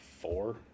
Four